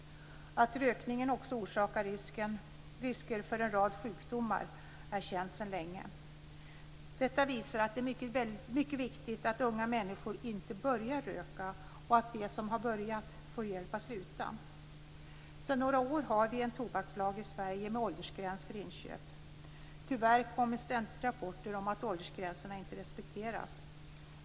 Att rökning också orsakar risker för en rad sjukdomar är känt sedan länge. Detta visar att det är mycket viktigt att unga människor inte börjar röka och att de som har börjat får hjälp att sluta. Sedan några år har vi en tobakslag i Sverige med åldersgräns för inköp. Tyvärr kommer ständigt rapporter om att åldersgränsen inte respekteras.